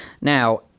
Now